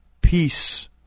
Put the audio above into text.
peace